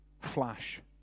flash